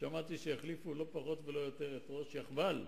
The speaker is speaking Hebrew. שמעתי שהחליפו, לא פחות ולא יותר, את ראש יאחב"ל,